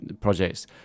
projects